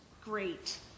Great